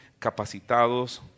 capacitados